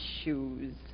shoes